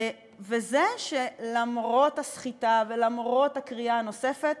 וזה, למרות הסחיטה ולמרות הקריאה הנוספת,